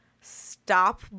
stop